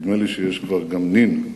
נדמה לי שיש כבר גם נין,